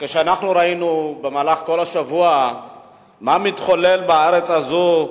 כשראינו במהלך כל השבוע מה מתחולל בארץ הזאת,